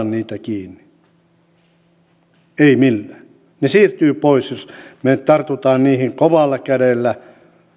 niitä kiinni emme millään ne siirtyvät pois jos me tartumme niihin kovalla kädellä